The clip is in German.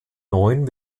neuen